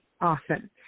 often